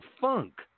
funk